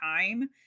time